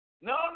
No